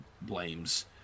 blames